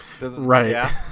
right